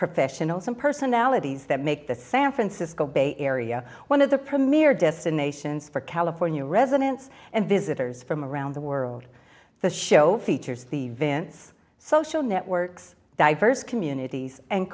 personalities that make the san francisco bay area one of the premier destinations for california residents and visitors from around the world the show features the venice social networks diverse communities and